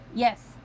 Yes